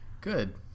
good